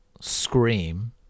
scream